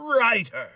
writer